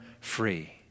free